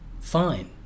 fine